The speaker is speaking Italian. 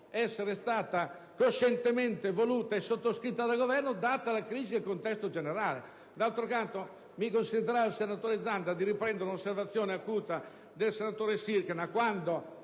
essere stata coscientemente voluta e sottoscritta dal Governo data la crisi del contesto generale. Mi consentirà il senatore Zanda di riprendere un'osservazione, acuta, del senatore Sircana, quando,